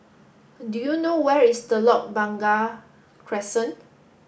do you know where is Telok Blangah Crescent